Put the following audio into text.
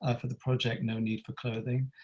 ah for the project no need for clothing,